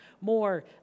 more